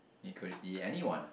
it could it be anyone